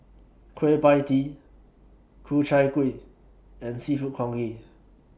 Kueh PIE Tee Ku Chai Kuih and Seafood Congee